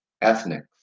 ethnic